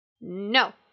No